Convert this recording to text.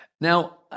Now